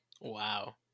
Wow